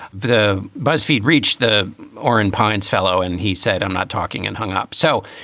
the buzzfeed reached the oren pynes fellow and he said, i'm not talking and hung up. so